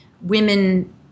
women